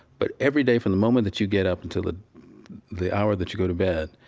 but everyday from the moment that you get up until ah the hour that you go to bed,